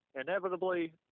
inevitably